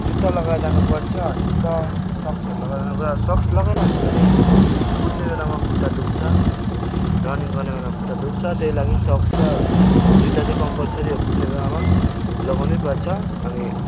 जुत्ता लगाएर जानु पर्छ जुत्ता सक्सहरू लगाएर जानु पर्छ अब सक्स लगाएन भने पनि कुद्ने बेलामा खुट्टा दुःख्छ रनिङ गर्ने बेलामा खुट्टा दुःख्छ त्यही लागि सक्स र जुत्ता चाहिँ कम्पलसरी हो कुद्ने बेला लगाउनु पर्छ अनि